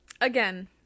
Again